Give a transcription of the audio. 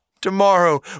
tomorrow